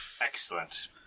Excellent